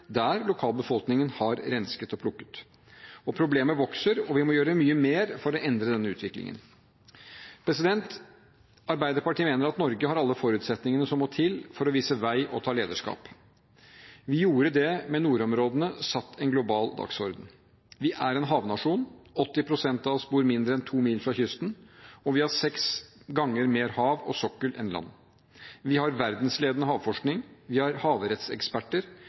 der lokalbefolkningen har rensket og plukket. Problemet vokser, og vi må gjøre mye mer for å endre denne utviklingen. Arbeiderpartiet mener at Norge har alle forutsetninger som må til for å vise vei og ta lederskap. Vi gjorde det med nordområdene, der vi satte en global dagsorden. Vi er en havnasjon: 80 pst. av oss bor mindre enn to mil fra kysten, og vi har seks ganger mer hav og sokkel enn land. Vi har verdensledende havforskning, vi har havrettseksperter,